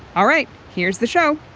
all right, here's the show